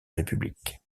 république